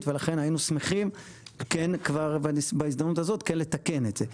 ולכן היינו שמחים כן כבר בהזדמנות הזאת לתקן את זה.